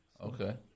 Okay